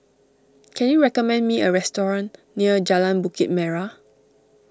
can you recommend me a restaurant near Jalan Bukit Merah